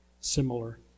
Similar